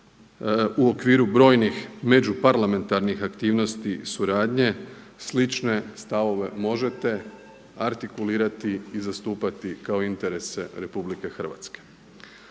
u okviru brojnih međuparlamentarnih aktivnosti suradnje, slične stavove možete artikulirati i zastupati kao interese RH.